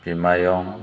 बिमायं